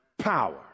Power